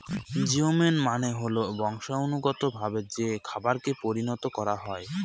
GMO মানে হল বংশানুগতভাবে যে খাবারকে পরিণত করা হয়